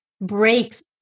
breaks